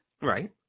Right